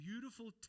beautiful